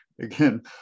again